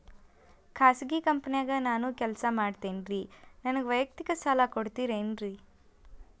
ಖಾಸಗಿ ಕಂಪನ್ಯಾಗ ನಾನು ಕೆಲಸ ಮಾಡ್ತೇನ್ರಿ, ನನಗ ವೈಯಕ್ತಿಕ ಸಾಲ ಕೊಡ್ತೇರೇನ್ರಿ?